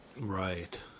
Right